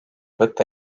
võtta